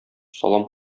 салам